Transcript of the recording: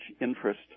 interest